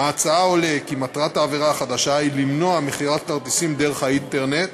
מההצעה עולה כי מטרת העבירה החדשה היא למנוע מכירת כרטיסים דרך האינטרנט